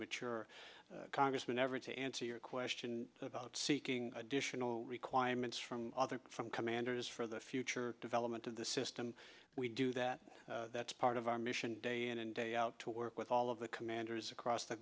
mature congressman ever to answer your question about seeking additional requirements from from commanders for the future development of the system we do that that's part of our mission day in and day out to work with all of the commanders across the